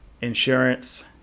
insurance